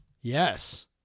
Yes